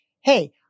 hey